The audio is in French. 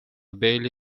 bâle